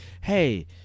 hey